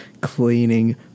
cleaning